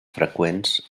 freqüents